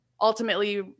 ultimately